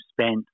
spent